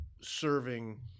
serving